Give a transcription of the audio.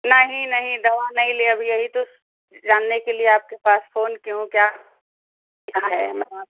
नहीं नहीं दवा नहीं लिए अब यही तो जानने के लिए आपके पास फ़ोन की हूँ क्या क्या है दवा